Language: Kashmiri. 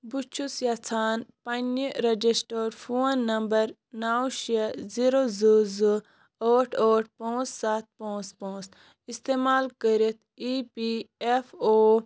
بہٕ چھُس یژھان پنٕنہِ رجسٹٲرٕڈ فون نمبر نو شےٚ زیرو زٕ زٕ ٲٹھ اٹھ پانٛژھ ستھ پانٛژھ پانٛژھ اِستعمال کٔرِتھ اِی پی ایف او